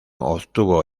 obtuvo